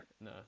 No